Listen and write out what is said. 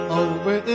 over